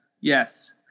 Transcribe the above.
Yes